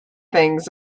things